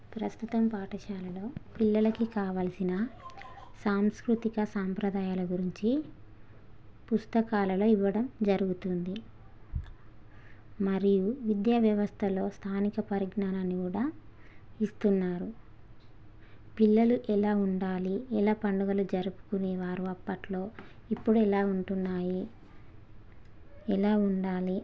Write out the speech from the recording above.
ప్రస్తుతం పాఠశాలలో పిల్లలకి కావలసిన సాంస్కృతిక సాంప్రదాయాల గురించి పుస్తకాలలో ఇవ్వడం జరుగుతుంది మరియు విద్యా వ్యవస్థలో స్థానిక పరిజ్ఞానాన్ని గూడా ఇస్తున్నారు పిల్లలు ఎలా ఉండాలి ఎలా పండుగలు జరుపుకునేవారు అప్పట్లో ఇప్పుడు ఎలా ఉంటున్నాయి ఎలా ఉండాలి